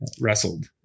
wrestled